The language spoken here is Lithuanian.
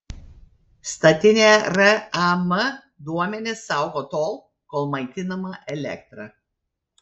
statinė ram duomenis saugo tol kol maitinama elektra